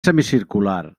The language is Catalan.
semicircular